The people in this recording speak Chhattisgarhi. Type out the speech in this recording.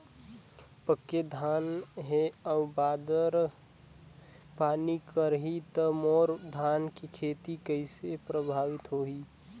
पके धान हे अउ बादर पानी करही त मोर धान के खेती कइसे प्रभावित होही?